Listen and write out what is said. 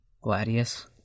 Gladius